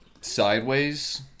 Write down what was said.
Sideways